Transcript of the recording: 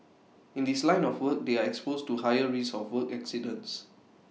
in this line of work they are exposed to higher risk of work accidents